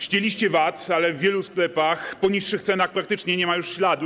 Ścięliście VAT, ale w wielu sklepach po niższych cenach praktycznie nie ma już śladu.